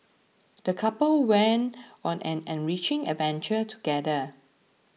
the couple went on an enriching adventure together